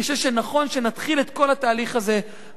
אני חושב שנכון שנתחיל את כל התהליך הזה מהמקום